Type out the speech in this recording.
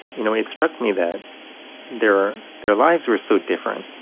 you know, it struck me that their their lives were so different,